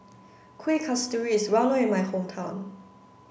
Kueh Kasturi is well known in my hometown